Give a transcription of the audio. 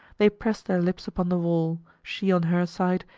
they pressed their lips upon the wall, she on her side,